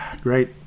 Great